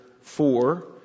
four